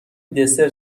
دسر